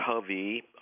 Covey